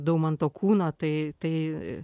daumanto kūno tai tai